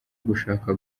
gushaka